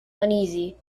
uneasy